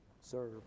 serve